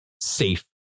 safe